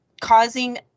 causing